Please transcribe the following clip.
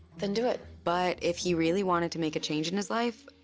then do it. but if he really wanted to make a change in his life,